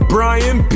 Brian